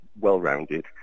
well-rounded